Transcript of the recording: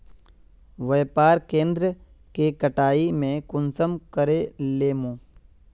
व्यापार केन्द्र के कटाई में कुंसम करे लेमु?